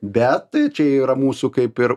bet tai čia yra mūsų kaip ir